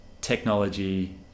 technology